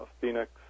Phoenix